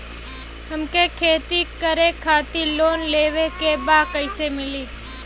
हमके खेती करे खातिर लोन लेवे के बा कइसे मिली?